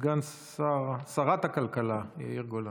סגן שרת הכלכלה יאיר גולן.